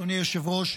אדוני היושב-ראש,